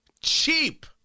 Cheap